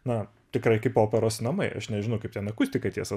na tikrai kaip operos namai aš nežinau kaip ten akustika tiesa